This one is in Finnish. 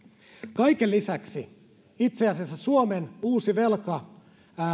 kaiken lisäksi itse asiassa suomen uusi velka